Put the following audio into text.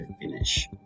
finish